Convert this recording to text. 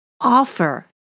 offer